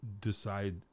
decide